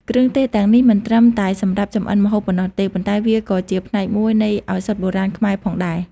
គ្រឿងទេសទាំងនេះមិនត្រឹមតែសម្រាប់ចម្អិនម្ហូបប៉ុណ្ណោះទេ ប៉ុន្តែវាក៏ជាផ្នែកមួយនៃឱសថបុរាណខ្មែរផងដែរ។